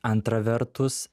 antra vertus